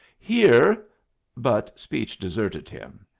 here but speech deserted him.